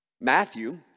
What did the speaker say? Matthew